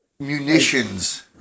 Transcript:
Munitions